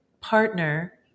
partner